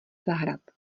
zahrad